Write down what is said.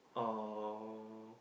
or